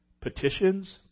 petitions